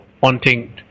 wanting